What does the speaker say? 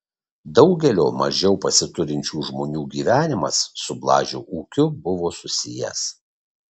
daugelio mažiau pasiturinčių žmonių gyvenimas su blažio ūkiu buvo susijęs